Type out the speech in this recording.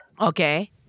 Okay